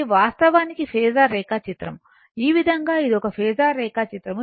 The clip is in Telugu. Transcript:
ఇది వాస్తవానికి ఫేసర్ రేఖాచిత్రం ఈ విధంగా ఇది ఒక ఫేసర్ రేఖాచిత్రం